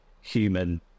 human